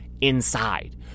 inside